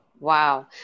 Wow